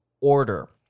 order